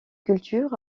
culture